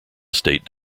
estate